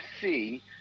see